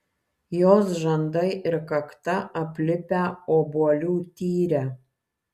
jos žandai ir kakta aplipę obuolių tyre